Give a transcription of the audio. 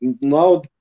now